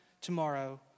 tomorrow